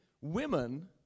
women